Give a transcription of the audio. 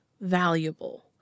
valuable